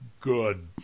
good